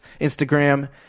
Instagram